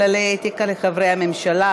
כללי אתיקה לחברי הממשלה),